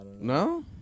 No